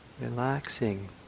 relaxing